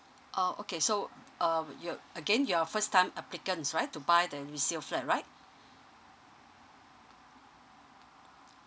uh okay so um you again your first time applicants right to buy the resale flat right